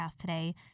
today